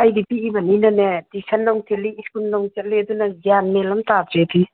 ꯑꯩꯗꯤ ꯄꯤꯛꯏꯕꯅꯤꯅꯅꯦ ꯇ꯭ꯌꯨꯁꯟ ꯑꯃꯨꯛ ꯊꯤꯜꯂꯤ ꯁ꯭ꯀꯨꯜ ꯑꯃꯨꯛ ꯆꯠꯂꯤ ꯑꯗꯨꯅ ꯒ꯭ꯌꯥꯟ ꯃꯦꯟ ꯑꯝ ꯇꯥꯗ꯭ꯔꯦꯗꯨꯅꯤ